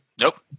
Nope